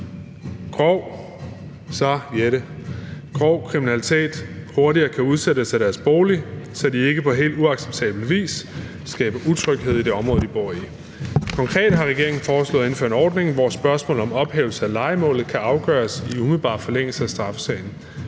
grov kriminalitet, hurtigere kan udsættes af deres bolig, så de ikke på helt uacceptabel vis skaber utryghed i det område, de bor i. Konkret har regeringen foreslået at indføre en ordning, hvor spørgsmålet om ophævelse af lejemålet kan afgøres i umiddelbar forlængelse af straffesagen.